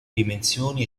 dimensioni